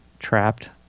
Trapped